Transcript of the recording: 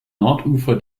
nordufer